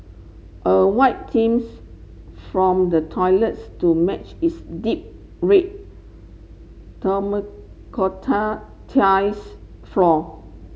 a white themes from the toilets to match its deep red floor